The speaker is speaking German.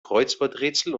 kreuzworträtsel